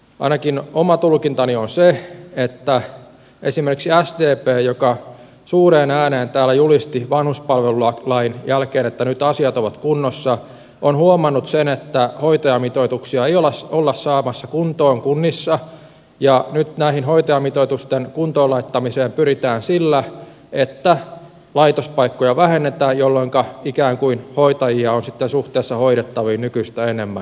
ainakin oma tulkintani on se että esimerkiksi sdp joka suureen ääneen täällä julisti vanhuspalvelulain jälkeen että nyt asiat ovat kunnossa on huomannut sen että hoitajamitoituksia ei olla saamassa kuntoon kunnissa ja nyt näiden hoitajamitoitusten kuntoonlaittamiseen pyritään sillä että laitospaikkoja vähennetään jolloinka ikään kuin hoitajia on sitten suhteessa hoidettaviin nykyistä enemmän